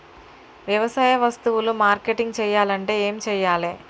వ్యవసాయ వస్తువులు మార్కెటింగ్ చెయ్యాలంటే ఏం చెయ్యాలే?